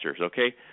okay